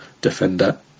defender